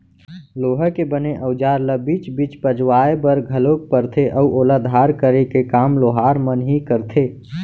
लोहा के बने अउजार ल बीच बीच पजवाय बर घलोक परथे अउ ओला धार करे के काम लोहार मन ही करथे